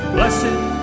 Blessed